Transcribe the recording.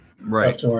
Right